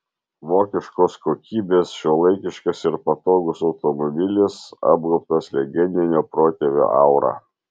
vokiškos kokybės šiuolaikiškas ir patogus automobilis apgaubtas legendinio protėvio aura